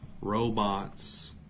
robots